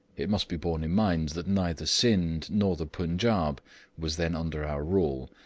it must be borne in mind that neither scinde nor the punjaub was then under our rule,